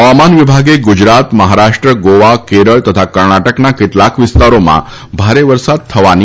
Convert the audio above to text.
હવામાન વિભાગે ગુજરાત મહારાષ્ટ્ર ગોવા કેરળ તથ કર્ણાટકના કેટલાક વિસ્તારોમાં ભારે વરસાદ થવાની આગાહી કરી છે